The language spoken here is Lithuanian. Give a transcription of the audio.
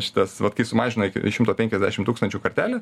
šitas vat kai sumažino iki šimto penkiasdešim tūkstančių kartelę